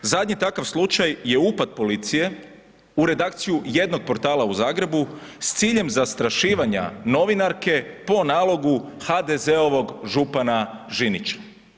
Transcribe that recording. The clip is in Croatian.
Zadnji takav slučaj je upad policije u redakciju jednog portala u Zagrebu s ciljem zastrašivanja novinarke po nalogu HDZ-ovog župana Žinića.